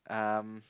um